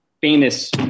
famous